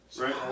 Right